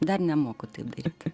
dar nemoku taip dirbti